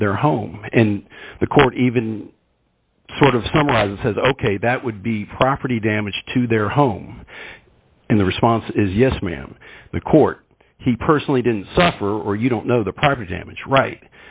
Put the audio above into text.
to their home and the court even sort of summarized says ok that would be property damage to their home and the response is yes ma'am the court he personally didn't suffer or you don't know the proper damage right